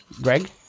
Greg